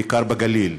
בעיקר בגליל.